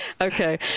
Okay